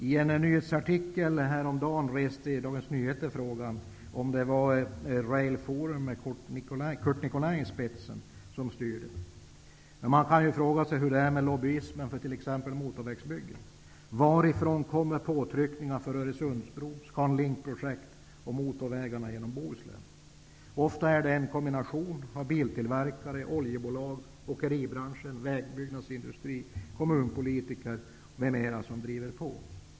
I en artikel häromdagen reste Man kan fråga sig hur det är med lobbyismen för t.ex. motorvägsbyggen. Varifrån kommer påtryckningar för Öresundsbron, ScanLinkprojektet och motorvägarna genom Bohuslän? Ofta är det en kombination av biltillverkare, oljebolag, åkeribranschen, vägbyggnadsindustrin, kommunpolitiker och andra som driver på.